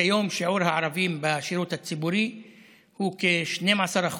וכיום שיעור הערבים בשירות הציבורי הוא כ-12%.